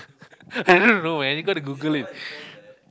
I don't know man you gotta Google it